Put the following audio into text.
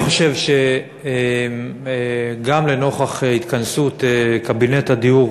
אני חושב שגם לנוכח התכנסות קבינט הדיור